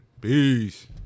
Peace